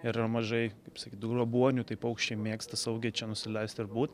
yra mažai kaip sakyt grobuonių tai paukščiai mėgsta saugiai čia nusileist ir būt